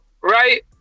right